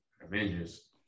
Avengers